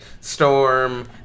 Storm